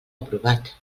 aprovat